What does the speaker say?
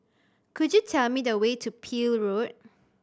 could you tell me the way to Peel Road